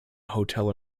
hotel